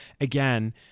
again